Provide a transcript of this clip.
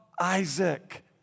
Isaac